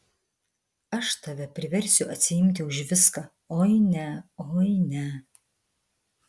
aš tave priversiu atsiimti už viską oi ne oi ne